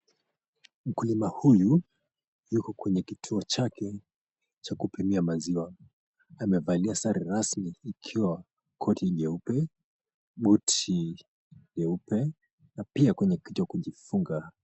Mkulima huyu yuko kwenye kituo chake cha kupimia maziwa. Amevalia sare rasmi ikiwa koti jeupe buti jeupe na pia kwenye kichwa kujifunga.